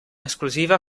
esclusiva